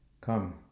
Come